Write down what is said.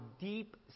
deep